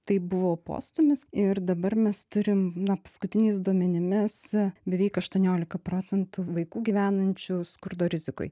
tai buvo postūmis ir dabar mes turim na paskutiniais duomenimis beveik aštuoniolika procentų vaikų gyvenančių skurdo rizikoj